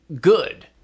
good